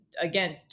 again